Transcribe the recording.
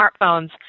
smartphones